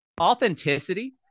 authenticity